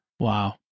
Wow